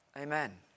Amen